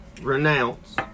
renounce